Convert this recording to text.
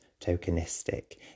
tokenistic